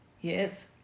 Yes